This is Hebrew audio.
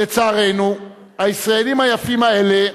לצערנו, הישראלים היפים האלה,